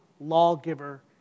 lawgiver